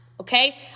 Okay